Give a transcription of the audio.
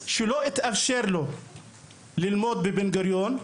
שלא התאפשר לו ללמוד בבן גוריון,